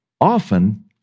often